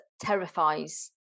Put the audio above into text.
terrifies